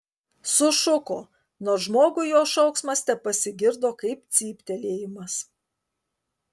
sušuko nors žmogui jo šauksmas tepasigirdo kaip cyptelėjimas